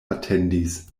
atendis